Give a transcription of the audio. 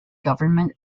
government